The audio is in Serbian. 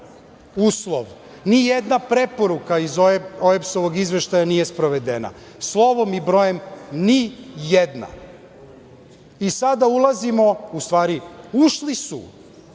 uslov, nijedna preporuka iz OEBS-ovog izveštaja nije sprovedena, slovom i brojem nijedna. Sada ulazimo, u stvari, ušli su